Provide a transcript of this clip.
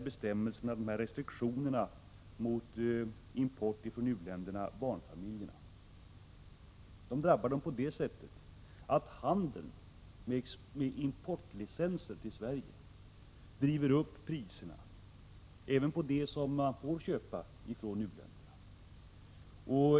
Dessa restriktioner mot import från u-länderna drabbar inte minst barnfamiljerna — genom att handeln med importlicenser till Sverige driver upp priserna även på det man får köpa från u-länderna.